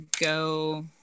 go